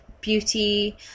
beauty